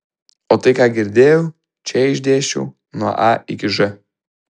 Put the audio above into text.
o tai ką girdėjau čia išdėsčiau nuo a iki ž